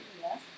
Yes